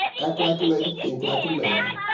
act like a lady, think like a man,